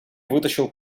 вытащил